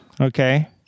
Okay